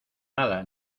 nada